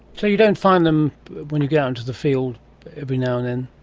so you don't find them when you go out into the field every now and then,